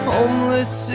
Homeless